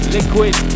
Liquid